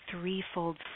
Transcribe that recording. threefold